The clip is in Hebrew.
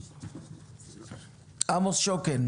בבקשה.